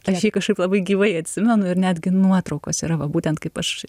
tai aš jį kažkaip labai gyvai atsimenu ir netgi nuotraukos yra va būtent kaip aš